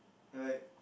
like